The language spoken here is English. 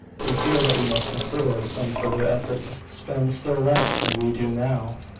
we feel that we must consider of some further effort to spend still less than we do now.